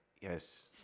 Yes